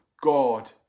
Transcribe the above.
God